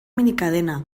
minicadena